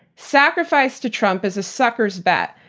sacrifice to trump is a sucker's bet,